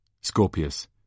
Scorpius